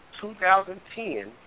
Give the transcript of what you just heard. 2010